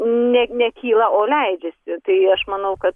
ne nekyla o leidžiasi tai aš manau kad